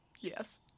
Yes